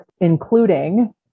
including